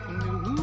new